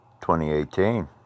2018